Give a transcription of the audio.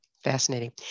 Fascinating